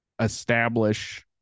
establish